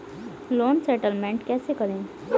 Loan settlement कैसे करें?